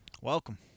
Welcome